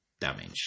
damage